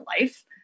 life